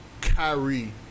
Kyrie